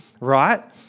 right